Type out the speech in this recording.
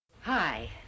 Hi